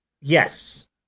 Yes